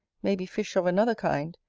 may be fish of another kind,